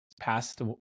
passed